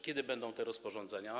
Kiedy będą te rozporządzenia?